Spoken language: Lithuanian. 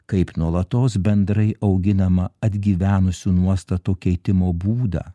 kaip nuolatos bendrai auginamą atgyvenusių nuostatų keitimo būdą